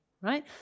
Right